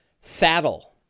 saddle